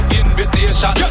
invitation